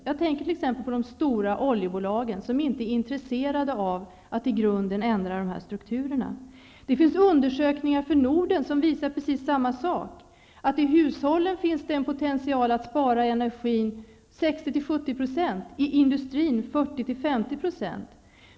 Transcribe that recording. Jag tänker t.ex. på de stora oljebolagen, som inte är intresserade av att i grunden ändra dessa strukturer. Det finns undersökningar för Norden som visar precis samma sak. I hushållen finns en potential att spara energi med 60--70 % och i industrin med 40-- 50 %.